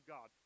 God